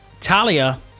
Talia